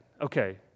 Okay